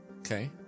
Okay